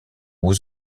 aux